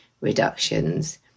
reductions